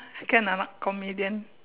can or not comedian